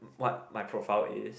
what my profile is